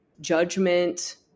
judgment